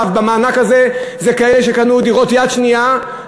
במענק הזה הם כאלה שקנו דירות יד שנייה,